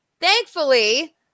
thankfully